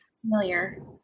Familiar